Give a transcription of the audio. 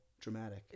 dramatic